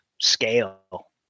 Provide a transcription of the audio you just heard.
scale